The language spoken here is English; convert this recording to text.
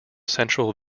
central